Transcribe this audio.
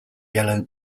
yellow